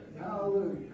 Hallelujah